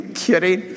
kidding